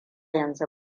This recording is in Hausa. yanzu